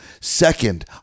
Second